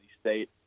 state